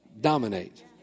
dominate